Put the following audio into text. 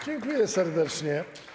Dziękuję serdecznie.